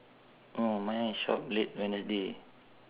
mm mine is shop late wednesday